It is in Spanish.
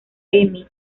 emmy